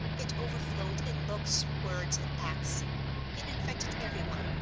it overflowed in looks, words, and acts it infected everyone,